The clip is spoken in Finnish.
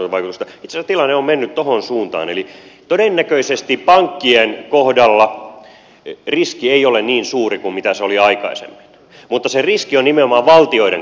itse asiassa tilanne on mennyt tuohon suuntaan eli todennäköisesti pankkien kohdalla riski ei ole niin suuri kuin se oli aikaisemmin mutta se riski on nimenomaan valtioiden kohdalla